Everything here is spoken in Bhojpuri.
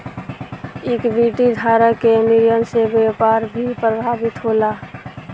इक्विटी धारक के निर्णय से व्यापार भी प्रभावित होला